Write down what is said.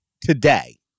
today